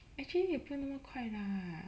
actually 也不用那么快 lah